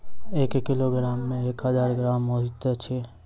एक किलोग्राम मे एक हजार ग्राम होइत अछि